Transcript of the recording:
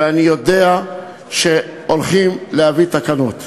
ואני יודע שהולכים להביא תקנות.